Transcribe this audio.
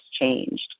changed